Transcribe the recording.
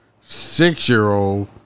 six-year-old